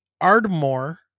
Ardmore